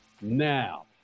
now